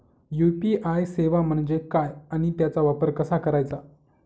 UPI सेवा म्हणजे काय आणि त्याचा वापर कसा करायचा?